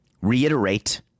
reiterate